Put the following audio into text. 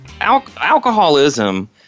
alcoholism